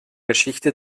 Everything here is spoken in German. geschichte